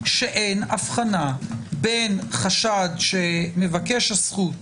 שאין הבחנה בין חשד שמבקש הזכות